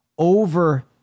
over